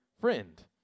friend